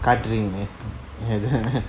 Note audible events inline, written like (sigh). காட்றிங்க:katringa (laughs)